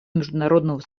международного